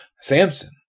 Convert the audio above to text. Samson